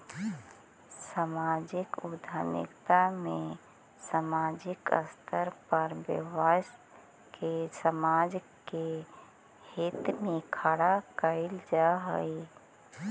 सामाजिक उद्यमिता में सामाजिक स्तर पर व्यवसाय के समाज के हित में खड़ा कईल जा हई